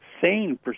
sane